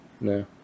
No